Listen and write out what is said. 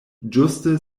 ĝuste